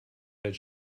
that